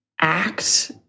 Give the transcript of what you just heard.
act